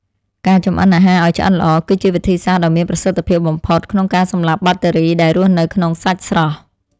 ការចម្អិនអាហារឱ្យឆ្អិនល្អ គឺជាវិធីសាស្ត្រដ៏មានប្រសិទ្ធភាពបំផុតក្នុងការសម្លាប់បាក់តេរីដែលរស់នៅក្នុងសាច់ស្រស់។